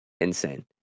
Insane